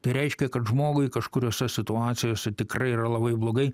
tai reiškia kad žmogui kažkuriose situacijose tikrai yra labai blogai